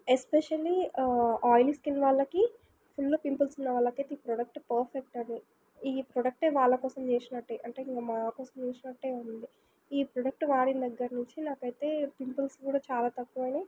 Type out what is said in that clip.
especially oily skin వాళ్ళకి full పింపుల్సున్న వాళ్ళకయితే ఈ ప్రోడక్ట్ పర్ఫెక్ట్ అని ఈ ప్రోడక్టే వాళ్ళ కోసం చేసినట్టే అంటే మా కోసం చేసినట్టే ఉంది ఈ ప్రోడక్ట్ వాడిన దగ్గర నుంచి నాకైతే పింపుల్స్ కూడా చాలా తక్కువైనాయి